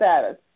status